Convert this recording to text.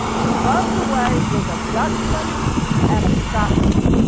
he runs away with a dutchman and a scotsman.